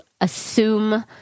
assume